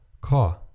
car